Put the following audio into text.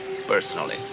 personally